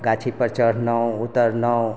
गाछी पर चढ़लहुॅं उतरलहुॅं